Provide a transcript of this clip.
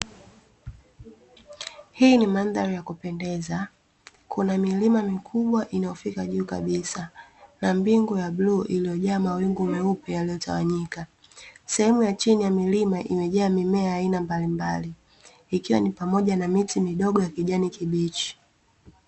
Hii ni mandhari ya kupendeza kuna milima mikubwa inayofika juu kabisa na mbingu ya bluu iliyojaa mawingu meupe yaliyotawanyika, sehemu ya chini ya milima imejaa mimea ya aina mbalimbali ikiwa ni pamoja na miti midogo ya kijani kibichi.